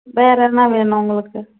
வேறு என்ன வேணும் உங்களுக்கு